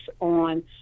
on